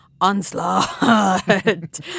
Onslaught